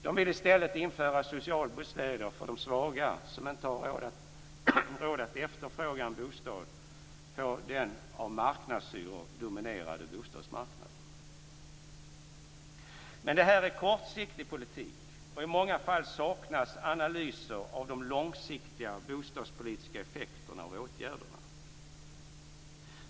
De vill i stället införa socialbostäder för de svaga som inte har råd att efterfråga en bostad på den av marknadshyror dominerade bostadsmarknaden. Men detta är kortsiktig politik, och i många fall saknas analyser av de långsiktiga bostadspolitiska effekterna av åtgärderna.